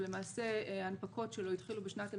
ולמעשה הנפקות שלו התחילו בשנת 2020,